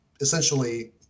essentially